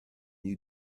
you